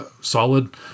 solid